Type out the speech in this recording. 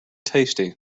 tasty